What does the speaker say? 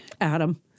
Adam